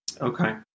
Okay